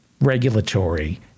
regulatory